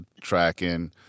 tracking